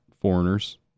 foreigners